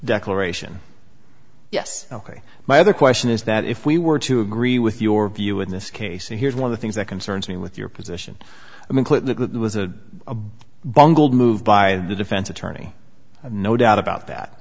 declaration yes ok my other question is that if we were to agree with your view in this case and here's one of the things that concerns me with your position include it was a bungled move by the defense attorney no doubt about that